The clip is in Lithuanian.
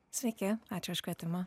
sveiki ačiū už kvietimą